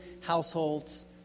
households